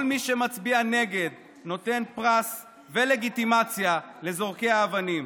כל מי שמצביע נגד נותן פרס ולגיטימציה לזורקי האבנים.